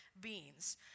beings